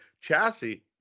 chassis